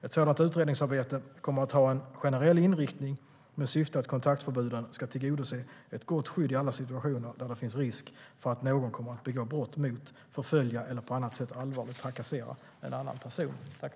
Ett sådant utredningsarbete kommer att ha en generell inriktning med syfte att kontaktförbuden ska tillgodose ett gott skydd i alla situationer där det finns risk för att någon kommer att begå brott mot, förfölja eller på annat sätt allvarligt trakassera en annan person.